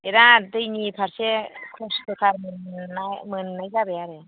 बिरात दैनि फारसे खस्थ'थार मोननाय मोननाय जाबाय आरो